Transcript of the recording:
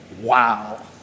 wow